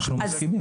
אנחנו מסכימים.